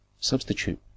substitute